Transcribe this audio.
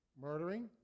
murdering